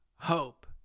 hope